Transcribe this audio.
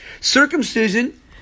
circumcision